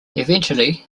eventually